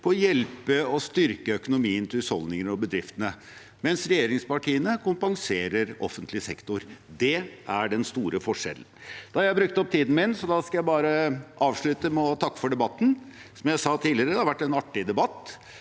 på å hjelpe og styrke økonomien til husholdningene og bedriftene, mens regjeringspartiene kompenserer offentlig sektor. Det er den store forskjellen. Da har jeg brukt opp tiden min, så da skal jeg bare avslutte med å takke for debatten. Som jeg sa tidligere, har det vært en artig debatt.